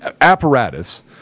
apparatus